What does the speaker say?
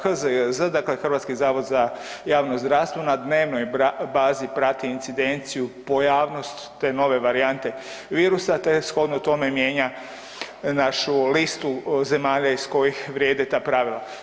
HZJZ dakle Hrvatski zavod za javno zdravstvo na dnevnoj bazi prati incidenciju, pojavnost te nove varijante virusa te shodno tome mijenja našu listu zemalja iz kojih vrijede ta pravila.